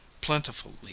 plentifully